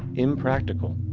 impractical.